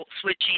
switching